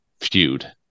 feud